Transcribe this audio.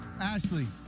Ashley